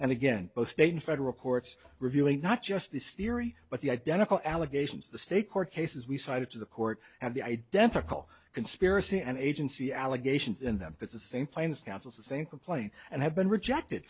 and again both state and federal courts reviewing not just this theory but the identical allegations the state court cases we cited to the court and the identical conspiracy and agency allegations in them that the same planes counsels the same complaint and have been rejected